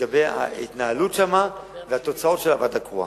לגבי ההתנהלות שם והתוצאות של הוועדה הקרואה.